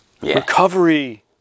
recovery